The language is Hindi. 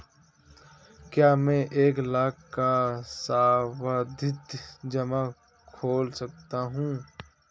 क्या मैं एक लाख का सावधि जमा खोल सकता हूँ?